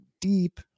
deep